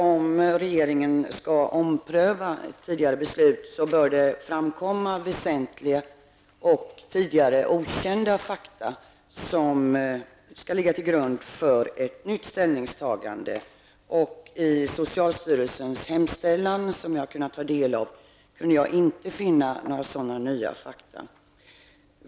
Om regeringen skall ompröva ett tidigare beslut, bör det ha framkommit väsentliga och tidigare okända fakta som kan ligga till grund för ett nytt ställningstagande. I socialstyrelsens hemställan, som jag har kunnat ta del av, kan jag inte finna några sådana nya fakta.